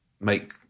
make